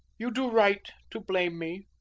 you do right to blame me.